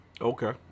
Okay